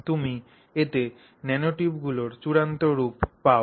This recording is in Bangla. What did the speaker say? তুমি এতে ন্যানোটিউবগুলির চূড়ান্ত রূপ পাও